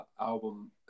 album